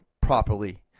properly